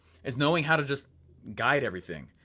is knowing how to just guide everything.